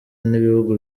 n’ibihugu